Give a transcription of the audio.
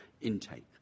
intake